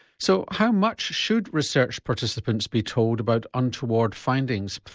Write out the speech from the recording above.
so how much should research participants be told about untoward findings,